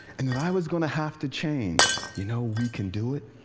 and that i was going to have to change. you know, we can do it.